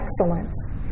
excellence